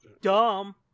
dumb